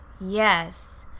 Yes